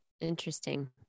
interesting